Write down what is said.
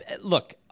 look